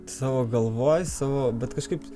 savo galvoj savo bet kažkaip